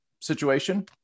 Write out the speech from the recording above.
situation